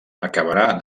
acabarà